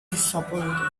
disappointed